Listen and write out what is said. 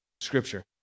scripture